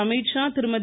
Amit Shah Thirumathi